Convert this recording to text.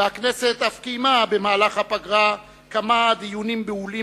והכנסת אף קיימה במהלך הפגרה כמה דיונים בהולים